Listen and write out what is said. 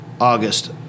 August